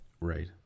Right